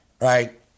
right